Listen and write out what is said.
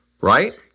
right